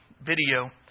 video